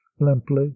limply